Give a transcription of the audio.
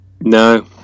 No